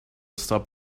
stop